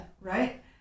Right